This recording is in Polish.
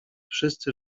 wszyscy